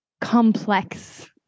complex